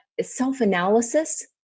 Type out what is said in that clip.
self-analysis